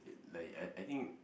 like I I think